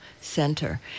center